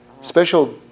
Special